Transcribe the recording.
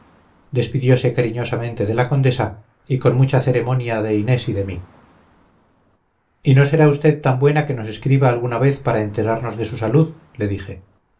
amarillo despidiose cariñosamente de la condesa y con mucha ceremonia de inés y de mí y no será usted tan buena que nos escriba alguna vez para enterarnos de su salud le dije